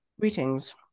Greetings